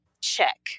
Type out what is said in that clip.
check